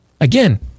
Again